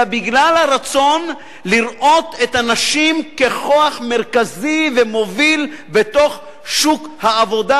אלא בגלל הרצון לראות את הנשים ככוח מרכזי ומוביל בשוק העבודה,